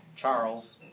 Charles